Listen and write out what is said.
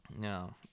No